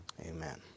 amen